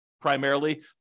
primarily